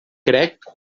crec